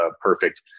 perfect